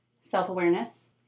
self-awareness